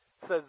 says